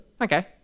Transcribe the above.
Okay